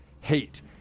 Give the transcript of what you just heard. hate